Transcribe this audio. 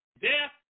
death